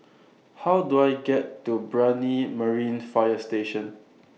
How Do I get to Brani Marine Fire Station